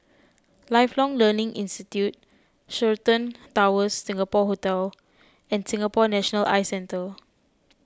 Lifelong Learning Institute Sheraton Towers Singapore Hotel and Singapore National Eye Centre